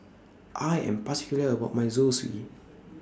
I Am particular about My Zosui